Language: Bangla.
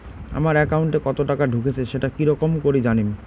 আমার একাউন্টে কতো টাকা ঢুকেছে সেটা কি রকম করি জানিম?